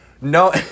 no